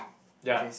ya